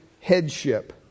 headship